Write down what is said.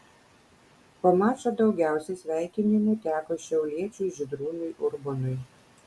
po mačo daugiausiai sveikinimų teko šiauliečiui žydrūnui urbonui